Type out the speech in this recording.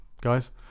guys